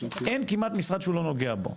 אין כמעט משרד שהוא לא נוגע בו.